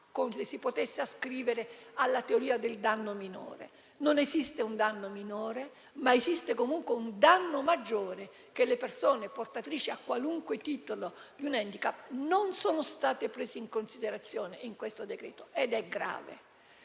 come se si potesse ascrivere alla teoria del danno minore. Non esiste un danno minore, ma esiste comunque un danno maggiore, ovvero che le persone portatrici a qualunque titolo di un *handicap* non sono state prese in considerazione in questo decreto-legge, ed è grave.